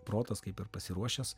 protas kaip ir pasiruošęs